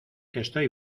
estoy